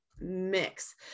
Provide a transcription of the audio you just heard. mix